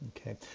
okay